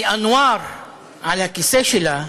כי אנואר על הכיסא שלה,